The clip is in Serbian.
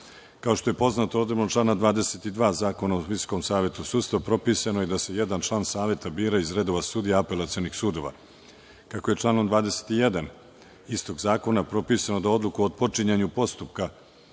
što je poznato, odredbom člana 22. Zakona o Visokom savetu sudstva, propisano je da se jedan član saveta bira iz redova sudija Apelacionih sudova. Kako je članom 21. istog zakona propisano da odluku o otpočinjanju postupka